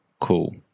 cool